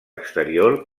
exterior